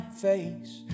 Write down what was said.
face